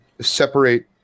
separate